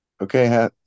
okay